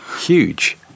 huge